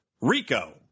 Rico